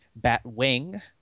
Batwing